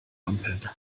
ampeln